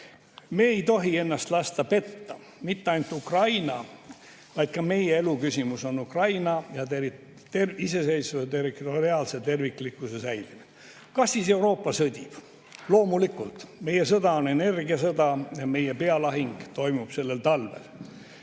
Me ei tohi ennast lasta petta. Mitte ainult Ukraina, vaid ka meie eluküsimus on Ukraina iseseisvuse, territoriaalse terviklikkuse säilimine. Kas siis Euroopa sõdib? Loomulikult! Meie sõda on energiasõda, meie pealahing toimub sellel talvel.